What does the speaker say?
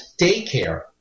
daycare